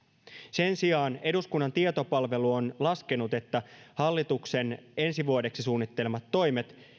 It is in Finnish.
sen sijaan eduskunnan tietopalvelu on laskenut että hallituksen ensi vuodeksi suunnittelemat toimet